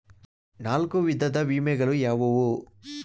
ನಾಲ್ಕು ವಿಧದ ವಿಮೆಗಳು ಯಾವುವು?